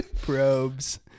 Probes